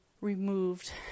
removed